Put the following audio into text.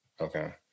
Okay